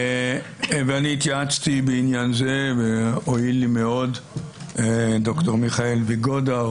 אני התייעצתי בעניין זה והועיל לי מאוד דוקטור יעקב ויגודה,